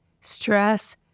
stress